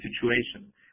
situation